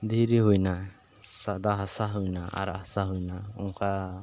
ᱫᱷᱤᱨᱤ ᱦᱩᱭᱱᱟ ᱥᱟᱫᱟ ᱦᱟᱸᱥᱟ ᱦᱩᱭᱱᱟ ᱟᱨᱟᱜ ᱦᱟᱸᱥᱟ ᱦᱩᱭᱱᱟ ᱚᱱᱠᱟ